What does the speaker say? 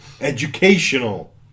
Educational